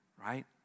right